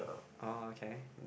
orh okay